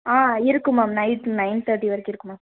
ஆ இருக்கும் ma'am night nine thirty வரைக்கும் இருக்கும் மேம்